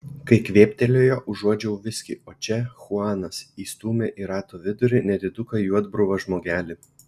kai kvėptelėjo užuodžiau viskį o čia chuanas įstūmė į rato vidurį nediduką juodbruvą žmogelį